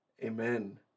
amen